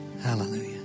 Hallelujah